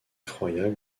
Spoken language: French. effroyable